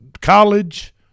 college